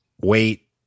wait